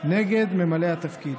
נגד ממלא התפקיד,